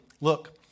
look